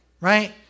Right